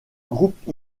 groupe